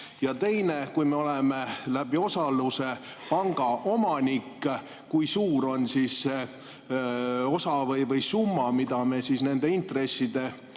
[küsimus]: kui me oleme läbi osaluse panga omanik, kui suur on see osa või summa, mida me nende intresside